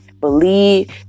believe